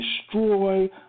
destroy